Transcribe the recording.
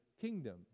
kingdom